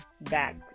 back